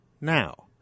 now